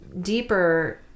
deeper